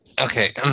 Okay